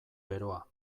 beroa